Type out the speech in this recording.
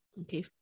Okay